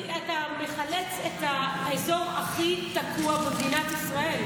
אתה מחלץ את האזור הכי תקוע במדינת ישראל.